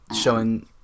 Showing